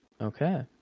Okay